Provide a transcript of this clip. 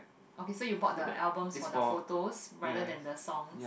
okay so you bought the albums for the photos rather than the song